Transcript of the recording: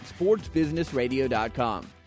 sportsbusinessradio.com